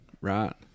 right